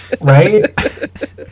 right